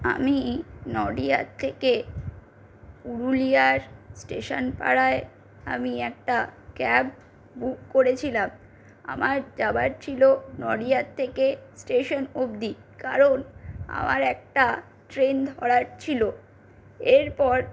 আমি নডিহা থেকে পুরুলিয়ার স্টেশন পাড়ায় আমি একটা ক্যাব বুক করেছিলাম আমার যাওয়ার ছিলো নডিহর থেকে স্টেশন অবধি কারণ আমার একটা ট্রেন ধরার ছিলো এরপর